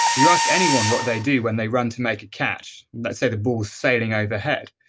you ask anyone what they do when they run to make a catch, and let's say the ball was sailing overhead,